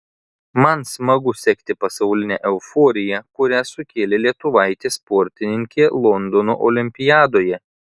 man smagu sekti pasaulinę euforiją kurią sukėlė lietuvaitė sportininkė londono olimpiadoje